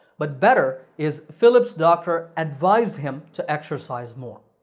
but better is philip's doctor advised him to exercise more.